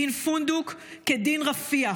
דין פונדוק כדין רפיח.